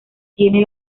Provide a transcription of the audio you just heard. tiene